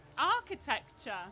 architecture